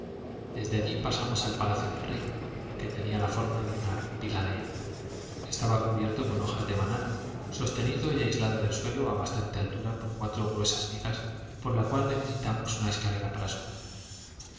desde allí pasamos al palacio del rey que tenía la forma de una pila de heno estaba cubierto con hojas de banano sostenido y aislado del suelo a bastante altura por cuatro gruesas vigas por lo cual necesitamos una escalera para subir un